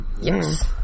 Yes